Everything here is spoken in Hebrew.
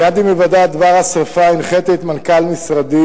מייד עם היוודע דבר השרפה הנחיתי את מנכ"ל משרדי